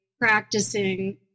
practicing